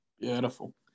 Beautiful